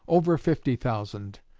over fifty thousand.